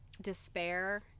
despair